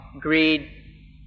greed